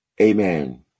Amen